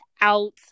out